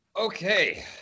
okay